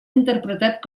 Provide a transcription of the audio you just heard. interpretat